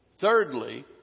Thirdly